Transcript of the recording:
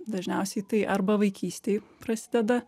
dažniausiai tai arba vaikystėj prasideda